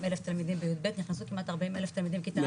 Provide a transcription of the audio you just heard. תלמידים ביב' נכנסו כמעט 40,000 תלמידים כיתה א'.